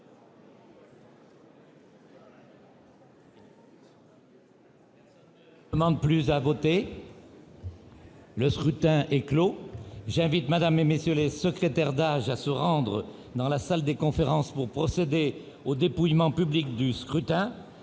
Personne ne demande plus à voter ?... Le scrutin est clos. J'invite Mmes et MM. les secrétaires d'âge à se rendre en salle des conférences pour procéder au dépouillement public du scrutin.